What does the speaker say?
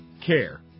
care